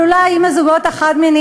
אבל אולי אם הזוגות החד-מיניים,